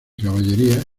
caballería